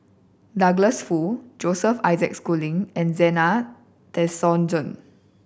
Douglas Foo Joseph Isaac Schooling and Zena Tessensohn